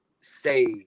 say